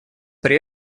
при